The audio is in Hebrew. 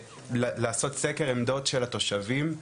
לעשות סקר עמדות של התושבים,